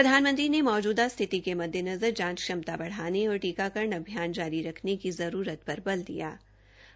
प्रधानमंत्री ने मौजूदा स्थिति के मददेनज़र जांच क्षमता बढानो और टीकाकरण अभियान जारी रखने की जरूरत पर बल दिया है